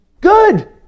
Good